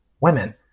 women